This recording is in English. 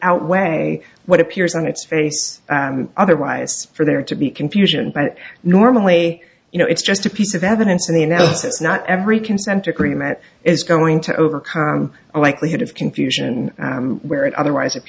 outweigh what appears on its face otherwise for there to be confusion but normally you know it's just a piece of evidence and the analysis not every consent agreement is going to overcome a likelihood of confusion where it otherwise